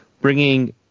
bringing